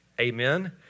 Amen